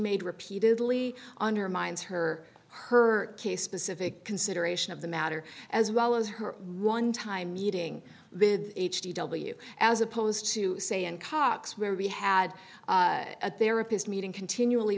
made repeatedly undermines her her case specific consideration of the matter as well as her one time meeting with h d w as opposed to say in cox where we had a therapist meeting continually